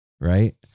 Right